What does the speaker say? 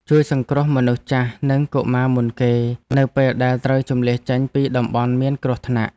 ជួយសង្គ្រោះមនុស្សចាស់និងកុមារមុនគេ នៅពេលដែលត្រូវជម្លៀសចេញពីតំបន់មានគ្រោះថ្នាក់។